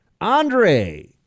Andre